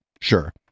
sure